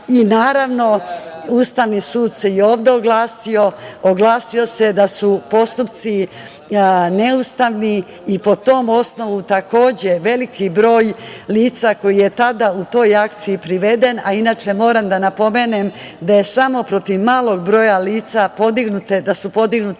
Naravno, Ustavni sud se i ovde oglasio, oglasio se da su postupci neustavni i po tom osnovu, takođe, veliki broj lica koji je tada u toj akciji priveden, a inače moram da napomenem da su samo protiv malog broja lica podignute krivične